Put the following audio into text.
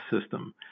system